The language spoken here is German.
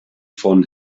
von